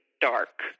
dark